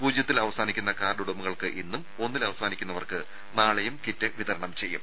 പൂജ്യത്തിൽ അവസാനിക്കുന്ന കാർഡ് ഉടമകൾക്ക് ഇന്നും ഒന്നിൽ അവസാനിക്കുന്നവർക്ക് നാളെയും കിറ്റ് വിതരണം ചെയ്യും